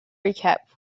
recap